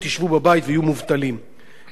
ואם מדובר על אנשים בני 40 ו-50,